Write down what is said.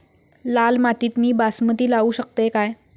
लाल मातीत मी बासमती लावू शकतय काय?